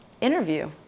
Interview